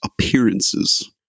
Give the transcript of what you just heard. appearances